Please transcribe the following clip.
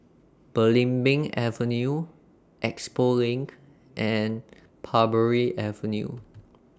Belimbing Avenue Expo LINK and Parbury Avenue